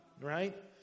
Right